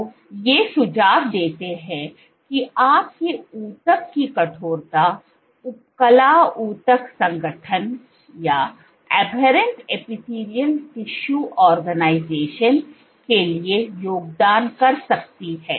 तो ये सुझाव देते हैं कि आपके ऊतक की कठोरता उपकला ऊतक संगठन के लिए योगदान कर सकती है